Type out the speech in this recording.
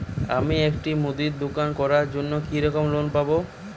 আমি একটি মুদির দোকান করার জন্য কি রকম লোন পাব?